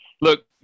look